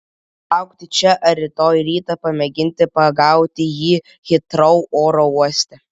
laukti čia ar rytoj rytą pamėginti pagauti jį hitrou oro uoste